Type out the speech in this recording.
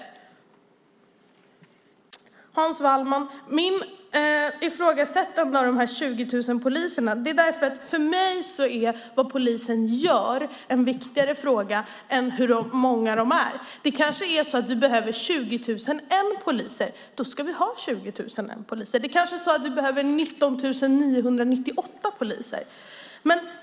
Till Hans Wallmark vill jag säga att mitt ifrågasättande av de 20 000 poliserna beror på att jag anser att vad polisen gör är en viktigare fråga än hur många de är. Vi kanske behöver 20 001 poliser. Då ska vi ha 20 001 poliser. Eller kanske behöver vi i stället 19 998 poliser.